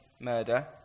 murder